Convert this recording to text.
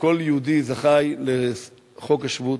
וכל יהודי זכאי לחוק השבות,